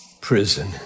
prison